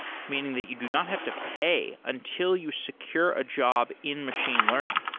meaning that you do not have to pay until you secure a job in machine learning.